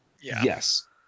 Yes